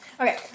Okay